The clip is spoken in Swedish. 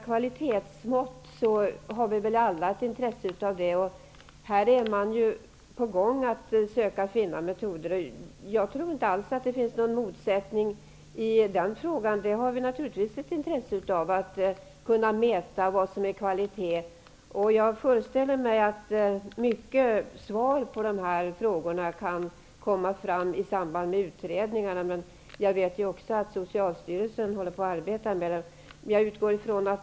Kvalitetsmått har vi väl alla intresse av att finna. Man är redan i gång med arbetet att söka finna metoder. Jag tror inte alls att det finns någon motsättning i den frågan. Naturligtvis har även vi intresse av kunna mäta kvalitet. Jag föreställer mig att många svar på dessa frågor kan komma fram i samband med utredningarna. Jag vet också att Socialstyrelsen arbetar med detta.